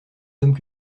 sommes